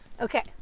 Okay